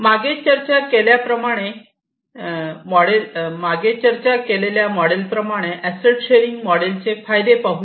मागे चर्चा केलेल्या मॉडेल प्रमाणे अॅसेट शेअरिंग मॉडेलचे फायदे पाहुया